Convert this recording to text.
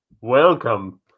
Welcome